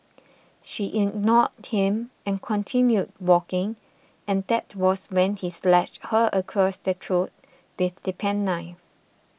she ignored him and continued walking and that was when he slashed her across the throat with the penknife